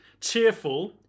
cheerful